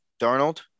darnold